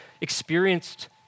experienced